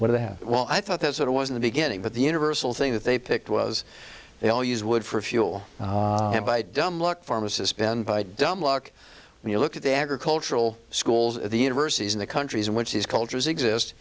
would have well i thought that's what it was in the beginning but the universal thing that they picked was they all use wood for fuel and by dumb luck pharmacists been by dumb luck when you look at the agricultural schools the universities in the countries in which these cultures exist